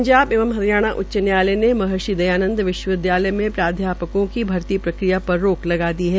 पंजाब एवं हरियाणा उच्च न्यायालय ने महर्षि दयानंद विश्वविदयालय में प्राध्यापकों की भर्ती प्रक्रिया पर रोक लगा दी है